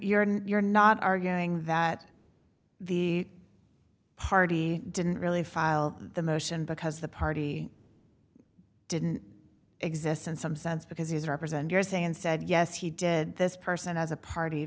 knowledge you're not arguing that the party didn't really file the motion because the party didn't exist in some sense because he's represented usa and said yes he did this person as a party